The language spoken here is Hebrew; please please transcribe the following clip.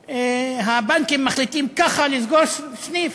שהבנקים מחליטים ככה לסגור סניף.